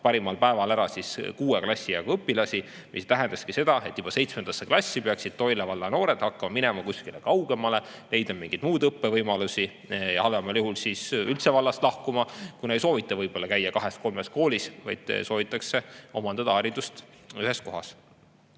parimal päeval ära kuue klassi jagu õpilasi. See tähendab, et juba 7. klassi peaksid Toila valla noored minema kuskile kaugemale, leidma mingeid muid õppevõimalusi, halvemal juhul üldse vallast lahkuma, kuna ei soovita käia kahes-kolmes koolis, vaid soovitakse omandada haridust ühes kohas.